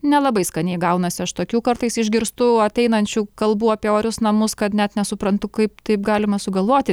nelabai skaniai gaunasi aš tokių kartais išgirstu ateinančių kalbų apie orius namus kad net nesuprantu kaip taip galima sugalvoti